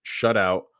shutout